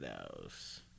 else